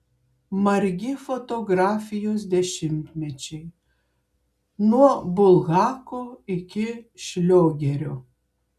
margi fotografijos dešimtmečiai nuo bulhako iki šliogerio